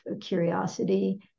curiosity